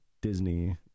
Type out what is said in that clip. Disney